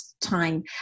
time